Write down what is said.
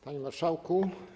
Panie Marszałku!